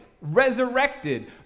resurrected